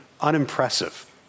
unimpressive